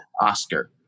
Oscar